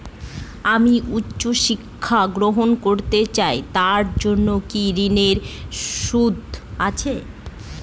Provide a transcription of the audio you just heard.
আমি উচ্চ শিক্ষা গ্রহণ করতে চাই তার জন্য কি ঋনের সুযোগ আছে?